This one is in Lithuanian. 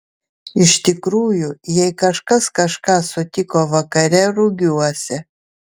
iš tikrųjų jei kažkas kažką sutiko vakare rugiuose